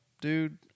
dude